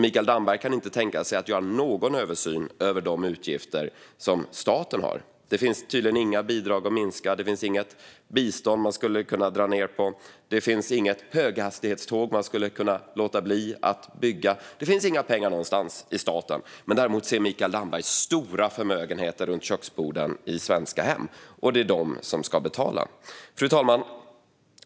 Mikael Damberg kan inte tänka sig att göra någon översyn över de utgifter som staten har. Det finns tydligen inga bidrag att minska. Det finns inget bistånd man skulle kunna dra ned på. Det finns inget höghastighetståg man skulle kunna låta bli att bygga. Det finns inga pengar någonstans i staten. Däremot ser Mikael Damberg stora förmögenheter runt köksborden i svenska hem, och det är de som ska betala. Fru talman!